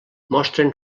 mostren